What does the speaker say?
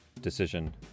decision